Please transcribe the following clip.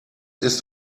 ist